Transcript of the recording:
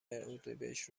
اردیبهشت